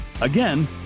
Again